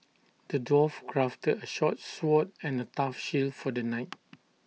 the dwarf crafted A sharp sword and A tough shield for the knight